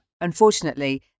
Unfortunately